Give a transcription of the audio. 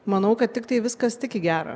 manau kad tiktai viskas tik į gerą